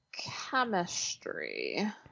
chemistry